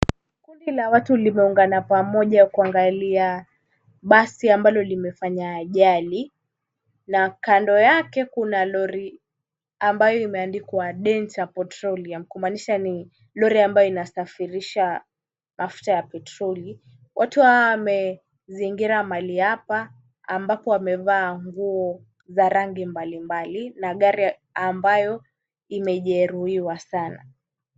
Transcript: Kundi la watu limeungana pamoja kuangalia basi ambalo limefanya ajali na kando yake kuna lori ambayo imeandikwa danger petroleum kumaanisha ni lori ambayo inasafirisha mafuta ya petroli. Watu hawa wamezingira mahali hapa ambapo wamevaa nguo za rangi mbalimbali na gari ambayo imejeruhiwa sana.